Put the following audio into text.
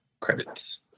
credits